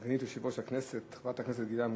סגנית יושב-ראש הכנסת, חברת הכנסת גילה גמליאל,